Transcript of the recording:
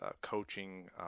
coaching